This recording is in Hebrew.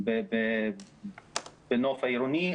ובנוף העירוני.